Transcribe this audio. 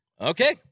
Okay